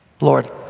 Lord